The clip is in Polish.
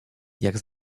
jak